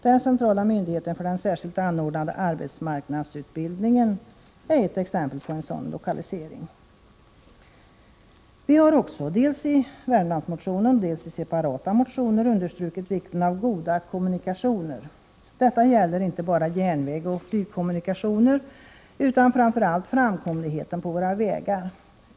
Den centrala myndigheten för den särskilt anordnade arbetsmarknadsutbildningen är ett exempel på en .sådan lokalisering. Vi har också — dels i Värmlandsmotionen, dels i separata motioner — understrukit vikten av goda kommunikationer. Detta gäller inte bara järnväg och flygkommunikationer utan framför allt framkomligheten på våra vägar.